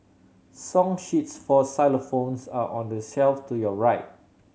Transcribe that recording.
song sheets for xylophones are on the shelf to your right